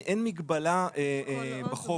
בחוק